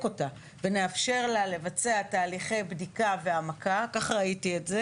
אותה ונאפשר לה לבצע תהליכי בדיקה והעמקה ככה ראיתי את זה